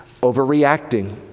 Overreacting